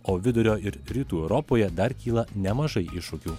o vidurio ir rytų europoje dar kyla nemažai iššūkių